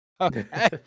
okay